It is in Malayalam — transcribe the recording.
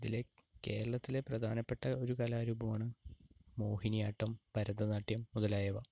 ഇതിലെ കേരളത്തിലെ പ്രധാനപ്പെട്ട ഒരു കലാരൂപമാണ് മോഹിനിയാട്ടം ഭരതനാട്യം മുതലായവ